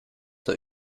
zur